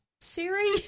Siri